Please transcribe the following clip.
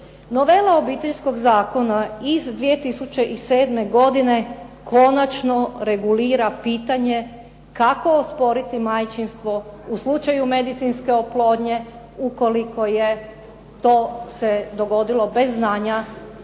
Novela Obiteljskog zakona iz 2007. godine konačno regulira pitanje kako osporiti majčinstvo u slučaju medicinske oplodnje ukoliko je se to dogodilo bez znanja